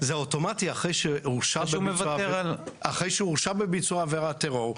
זה אוטומט אחרי שהורשע בביצוע עבירת טרור,